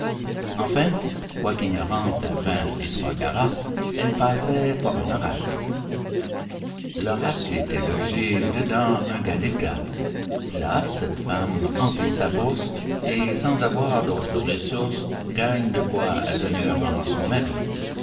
enfin quoique ignorante à vingt et trois carats elle passait pour un oracle l'oracle était logé dedans un galetas là cette femme emplit sa bourse et sans avoir d'autre ressource gagne de quoi donner un rang à son mari